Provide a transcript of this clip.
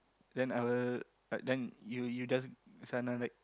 then I will then you you just